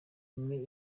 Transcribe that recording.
imwe